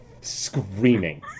screaming